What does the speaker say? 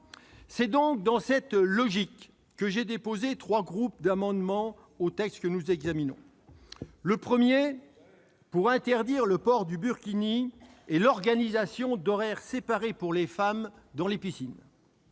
C'est dans cette logique que j'ai déposé trois groupes d'amendements sur le texte que nous examinons. Le premier vise à interdire le port du burkini et l'organisation d'horaires séparés pour les femmes dans les piscines.